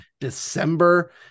December